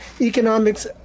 economics